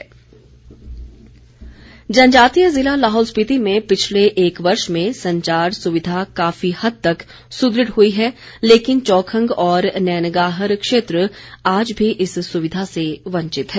संचार सुविधा जनजातीय जिला लाहौल स्पीति में पिछले एक वर्ष में संचार सुविधा काफी हद तक सुदृढ़ हुई है लेकिन चौखंग और नैनगाहर क्षेत्र आज भी इस सुविधा से वंचित हैं